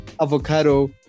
avocado